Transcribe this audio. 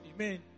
Amen